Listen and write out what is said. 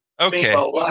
okay